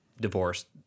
divorced